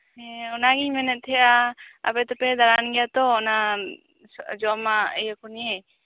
ᱦᱮᱸ ᱚᱱᱟᱜᱮᱧ ᱢᱮᱱᱮᱫ ᱛᱟᱦᱮᱸᱫᱼᱟ ᱟᱯᱮ ᱫᱚᱯᱮ ᱫᱟᱬᱟᱱ ᱜᱮᱭᱟ ᱛᱚ ᱚᱱᱟ ᱡᱚᱢᱟᱜ ᱤᱭᱟᱹᱠᱚ ᱱᱤᱭᱮ